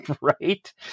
right